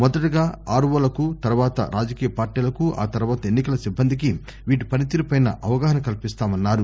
మొదటగా ఆర్ఓ లకు తరువాత రాజకీయ పార్టీలకు ఆ తరువాత ఎన్నికల సిబ్బందికి వీటి పని తీరు పై అవగాహన కల్పిస్తారు